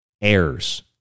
errors